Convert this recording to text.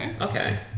Okay